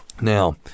Now